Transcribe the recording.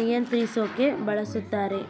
ನಿಯಂತ್ರಿಸೋಕೆ ಬಳುಸ್ತಾರೆ